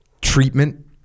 treatment